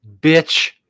bitch